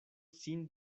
sin